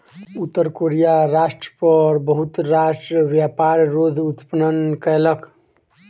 उत्तर कोरिया राष्ट्र पर बहुत राष्ट्र व्यापार रोध उत्पन्न कयलक